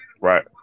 right